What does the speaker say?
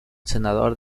senador